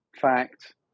fact